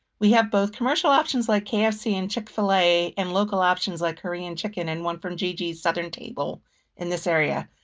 we have both commercial options like kfc and chick-fil-a, and local options like korean chicken and one from gigi's southern table in this area.